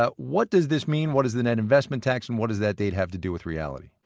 ah what does this mean? what is the net investment tax and what does that date have to do with reality?